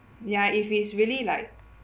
ya if it's really like